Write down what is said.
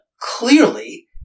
clearly